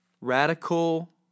radical